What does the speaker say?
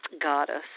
goddess